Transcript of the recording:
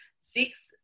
Six